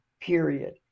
period